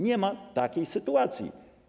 Nie ma takiej sytuacji.